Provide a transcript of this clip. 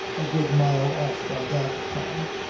a good mile off by that time,